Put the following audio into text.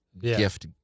gift